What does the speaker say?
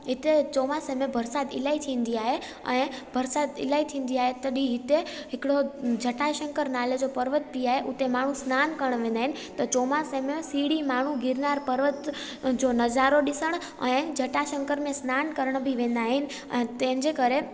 त हिते चोमासे में बरसाति इलाही थींदी आहे ऐं बरसाति इलाही थींदी आहे तॾहिं हिते हिकिड़ो जटाशंकर नाले जो पर्वत बि आहे उते माण्हू सनानु करण वेंदा आहिनि त चोमासे में सीड़ी माण्हू गिरनार पर्वत जो नज़ारो ॾिसण ऐं जटाशंकर में सनानु करण बि वेंदा आहिनि ऐं पंहिंजे घर